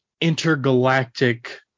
intergalactic